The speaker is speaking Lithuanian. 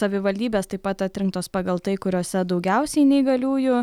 savivaldybės taip pat atrinktos pagal tai kuriose daugiausiai neįgaliųjų